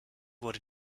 wurde